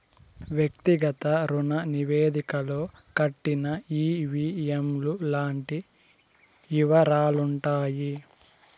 వ్యక్తిగత రుణ నివేదికలో కట్టిన ఈ.వీ.ఎం లు లాంటి యివరాలుంటాయి